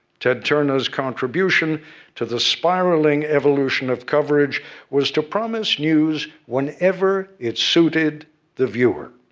ted turner's contribution to the spiraling evolution of coverage was to promise news whenever it suited the viewer.